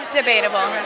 debatable